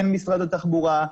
הן משרד התחבורה,